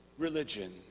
religion